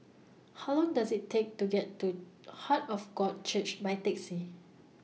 How Long Does IT Take to get to Heart of God Church By Taxi